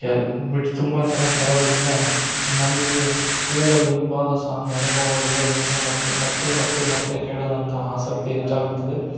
ಕೆಲ ಬಿಟ್ಸ್ ತುಂಬ ಚೆನ್ನಾಗಿ ಬರೋದರಿಂದ ನಮಗೆ ಕೇಳಲು ಇಂಪಾದ ಸಾಂಗ್ ಅನುಭವ ಇರೋದರಿಂದ ನಮಗೆ ಮತ್ತೆ ಮತ್ತೆ ಮತ್ತೆ ಕೇಳಣ ಅಂತ ಆಸಕ್ತಿ ಹೆಚ್ಚಾಗುತ್ತದೆ